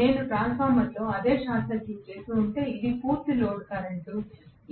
నేను ట్రాన్స్ఫార్మర్లో అదే షార్ట్ సర్క్యూటింగ్ చేసి ఉంటే అది పూర్తి లోడ్ కరెంట్